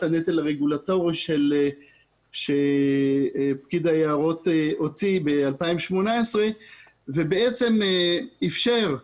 הנטל הרגולטורי שפקיד היערות הוציא ב-2018 ובעצם אפשר,